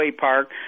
Park